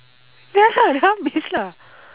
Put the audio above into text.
ya lah dah habis lah